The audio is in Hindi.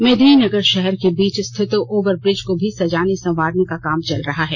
मेदिनीनगर शहर के बीच स्थित ओवरब्रिज को भी सजाने संवारने का काम चल रहा है